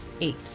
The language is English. Eight